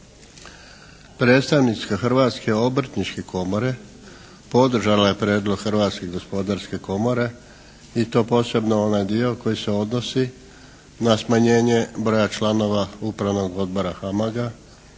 Predstavnica Hrvatske obrtničke komore podržala je prijedlog Hrvatske gospodarske komore i to posebno onaj dio koji se odnosi na smanjenje broja članova Upravnog odbora HAMAG-a,